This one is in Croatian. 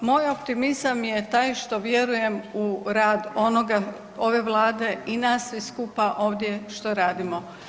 Pa moj optimizam je taj što vjerujem u rad onoga, ove Vlade i nas svih skupa ovdje što radimo.